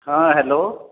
ହଁ ହ୍ୟାଲୋ